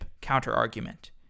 counter-argument